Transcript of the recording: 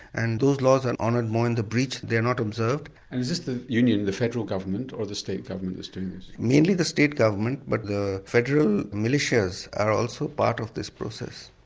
and those laws are honoured more in the breach, they are not observed. and is this the union, the federal government or the state government who is doing this? mainly the state government but the federal militias are also part of this process.